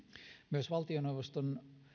myös valtioneuvoston